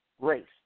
race